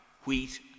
wheat